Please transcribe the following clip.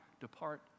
depart